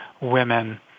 women